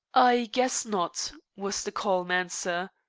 i guess not, was the calm answer.